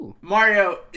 Mario